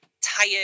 tired